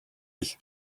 ich